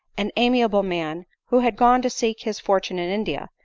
an amiable man, who had gone to seek his fortune in india,